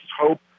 hope